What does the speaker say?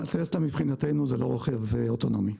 מבחינתנו טסלה הוא לא רכב אוטונומי.